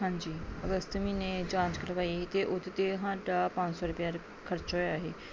ਹਾਂਜੀ ਅਗਸਤ ਮਹੀਨੇ ਜਾਂਚ ਕਰਵਾਈ ਅਤੇ ਉਹਦੇ 'ਤੇ ਸਾਡਾ ਪੰਜ ਸੌ ਰੁਪਏ ਖਰਚਾ ਹੋਇਆ ਸੀ